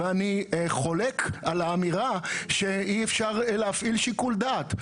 אני חולק על האמירה שאי אפשר להפעיל שיקול דעת.